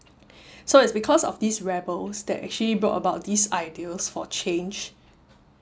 so it's because of these rebels that actually brought about these ideas for change